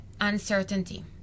uncertainty